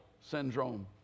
syndrome